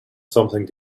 something